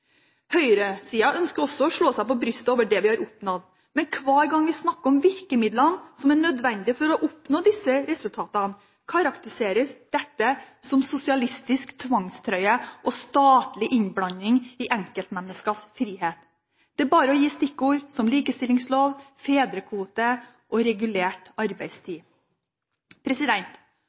Høyresiden ønsker også å slå seg på brystet på grunn av det vi har oppnådd, men hver gang vi snakker om virkemidlene som er nødvendige for å oppnå disse resultatene, karakteriseres dette som sosialistisk tvangstrøye og statlig innblanding i enkeltmenneskets frihet. Det er bare å gi stikkord som likestillingslov, fedrekvote og regulert arbeidstid.